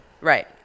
Right